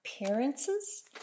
appearances